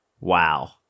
Wow